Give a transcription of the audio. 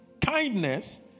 kindness